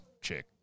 chick